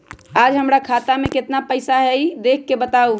आज हमरा खाता में केतना पैसा हई देख के बताउ?